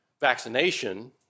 vaccination